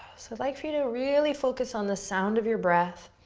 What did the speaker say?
so i'd like for you to really focus on the sound of your breath,